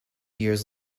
years